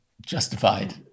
justified